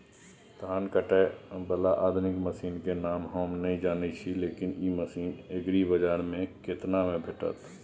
धान काटय बाला आधुनिक मसीन के नाम हम नय जानय छी, लेकिन इ मसीन एग्रीबाजार में केतना में भेटत?